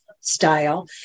style